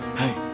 hey